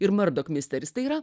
ir mardok misteris tai yra